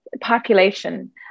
population